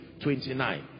29